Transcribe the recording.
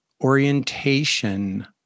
orientation